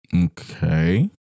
Okay